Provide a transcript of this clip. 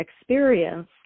experience